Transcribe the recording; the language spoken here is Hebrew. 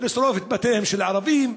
לשרוף את בתיהם של ערבים,